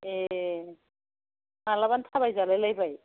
ए मालाबानो थाबाय जालायलायबाय